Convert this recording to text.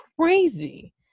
crazy